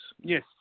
Yes